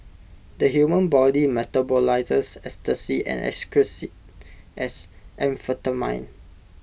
the human body metabolises ecstasy and excretes IT as amphetamine